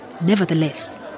Nevertheless